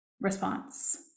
response